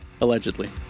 Allegedly